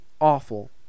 awful